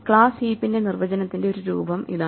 class ഹീപ്പിന്റെ നിർവചനത്തിന്റെ ഒരു രൂപം ഇതാണ്